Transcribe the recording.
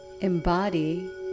embody